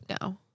No